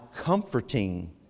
comforting